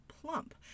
plump